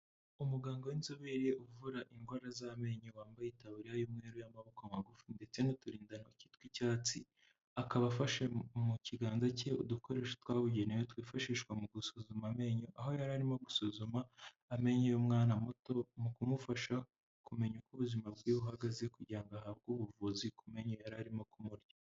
Umuganga w'inzobere uvura indwara z'amenyo wambaye itaburiya y'umweru y'amaboko magufi ndetse n'uturindantoki tw'icyatsi, akaba afashe mu kiganza cye udukoresho twabugenewe twifashishwa mu gusuzuma amenyo, aho yari arimo gusuzuma amenyo y'umwana muto mu kumufasha kumenya uko ubuzima bwe buhagaze kugira ngo ahabwe ubuvuzi ku menyo yari arimo kumurya.